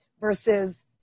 versus